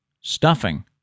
stuffing